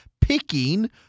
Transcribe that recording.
picking